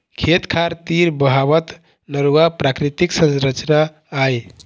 खेत खार तीर बहावत नरूवा प्राकृतिक संरचना आय